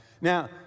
now